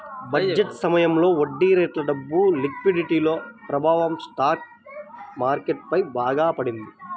budget సమయంలో వడ్డీరేట్లు, డబ్బు లిక్విడిటీల ప్రభావం స్టాక్ మార్కెట్ పై బాగా పడింది